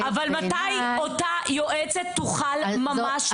--- אבל מתי אותו יועצת תוכל ממש לטפל?